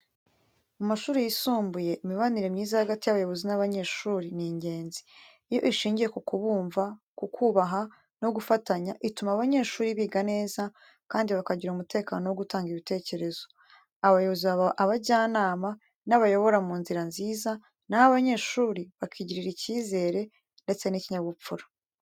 Mu mashuri yisumbuye, imibanire myiza hagati y’abayobozi n’abanyeshuri ni ingenzi. Iyo ishingiye ku kubumva, kububaha no gufatanya, ituma abanyeshuri biga neza, kandi bakagira umutekano wo gutanga ibitekerezo. Abayobozi baba abajyanama n’abayobora mu nzira nziza, na ho abanyeshuri bakigirira icyizere ndetse n’ikinyabupfura.